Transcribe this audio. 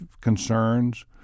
concerns